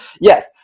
yes